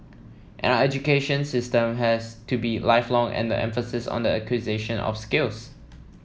and our education system has to be lifelong and the emphasis on the acquisition of skills